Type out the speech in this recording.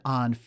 on